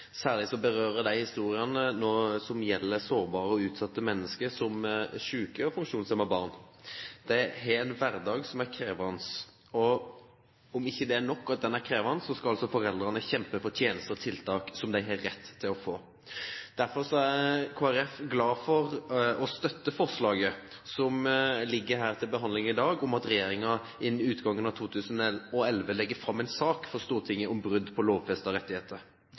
Særlig blir vi berørt av historiene om sårbare og utsatte mennesker, som syke og funksjonshemmede barn. De har en hverdag som er krevende nok om ikke foreldrene skal kjempe for tjenester og tiltak som de har rett til å få. Kristelig Folkeparti er derfor glad for og støtter forslaget som er til behandling her i dag, om at regjeringen innen utgangen av 2011 legger fram en sak for Stortinget om brudd på lovfestede rettigheter.